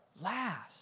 last